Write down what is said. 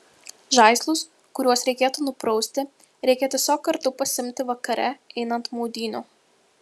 žaislus kuriuos reikėtų nuprausti reikia tiesiog kartu pasiimti vakare einant maudynių